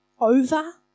over